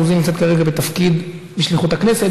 רוזין נמצאת כרגע בתפקיד בשליחות הכנסת,